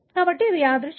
కాబట్టి ఇది యాదృచ్ఛికం